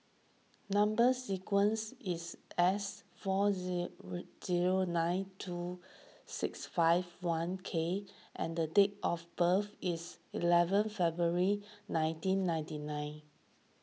Number Sequence is S four zero nine two six five one K and date of birth is eleven February nineteen ninety nine